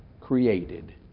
created